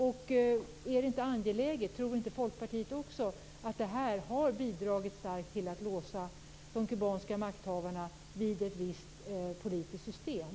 Tror inte också Folkpartiet att det här har bidragit starkt till att låsa de kubanska makthavarna vid ett visst politiskt system?